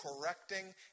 correcting